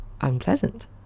unpleasant